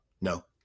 No